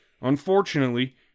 Unfortunately